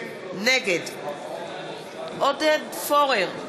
נגד עודד פורר,